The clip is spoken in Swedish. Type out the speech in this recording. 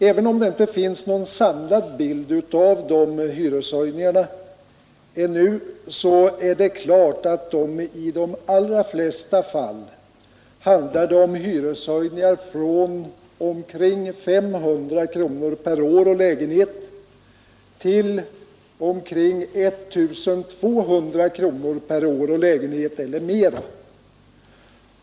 Även om det inte finns någon samlad bild av kommer från års dessa hyreshöjningar ännu, så är det klart att det i de allra flesta fallen handlade om hyreshöjningar från omkring 500 kronor per år och lägenhet till omkring 1 200 kronor per år och lägenhet eller mera.